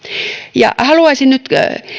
haluaisin nyt